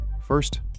First